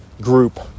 group